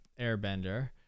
airbender